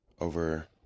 over